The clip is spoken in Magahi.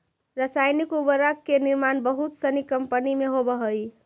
रसायनिक उर्वरक के निर्माण बहुत सनी कम्पनी में होवऽ हई